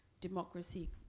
democracy